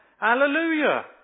Hallelujah